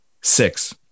Six